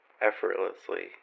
effortlessly